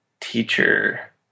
teacher